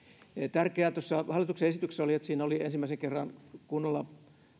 tärkeää tuossa hallituksen esityksessä oli että siinä oli ensimmäisen kerran kunnolla